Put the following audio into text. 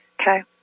Okay